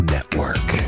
Network